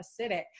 acidic